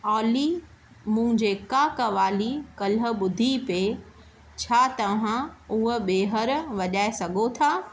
ऑली मूं जेका कवाली कल्ह ॿुधी पे छा तव्हां उहा ॿीहर वॼाए सघो था